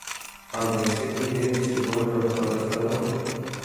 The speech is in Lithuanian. ar nesi girdėjusi žodžio cholesterolis